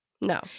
No